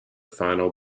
final